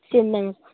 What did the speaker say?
சரி இந்தாங்க